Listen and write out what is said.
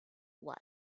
was